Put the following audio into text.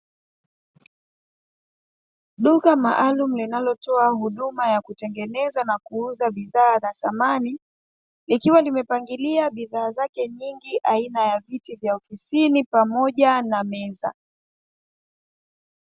Duka maalumu linalotoa huduma ya kutengeneza na kuuza bidhaa za samani, likiwa limepangila bidhaa zake nying kama vile viti vya ofisini pamoja na meza.